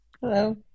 Hello